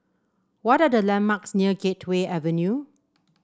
what are the landmarks near Gateway Avenue